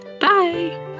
Bye